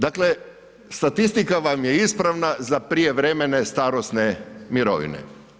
Dakle, statistika vam je ispravna za prijevremene starosne mirovine.